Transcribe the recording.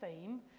theme